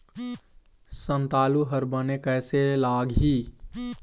संतालु हर बने कैसे लागिही?